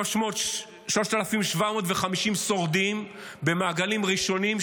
3,750 שורדים במעגלים ראשונים,